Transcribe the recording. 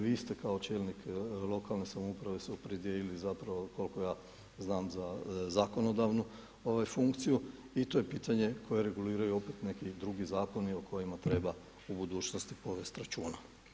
Vi ste kao čelnik lokalne samouprave se opredijelili koliko ja znam za zakonodavnu funkciju i to je pitanje koje reguliraju opet neki drugi zakoni o kojima treba u budućnosti povesti računa.